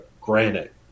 granite